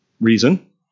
reason